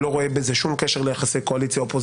אני לא רואה בזה שום קשר ליחסי קואליציה-אופוזיציה,